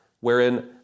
wherein